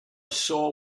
saw